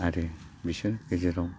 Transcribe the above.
आरो बिसोरनि गेजेराव